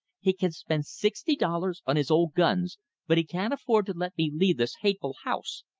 he can spend sixty dollars on his old guns but he can't afford to let me leave this hateful house,